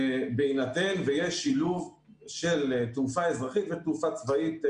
בהינתן ויש שילוב של תעופה אזרחית ותעופה צבאית בנבטים,